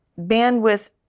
bandwidth